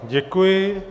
Děkuji.